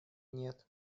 нет